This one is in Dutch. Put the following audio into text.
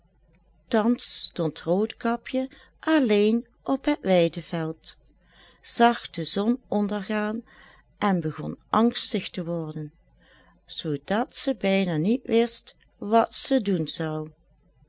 thans stond roodkapje alleen op het weideveld zag de zon ondergaan en begon angstig te worden zoodat ze bijna niet wist wat ze doen zou